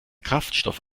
kraftstoff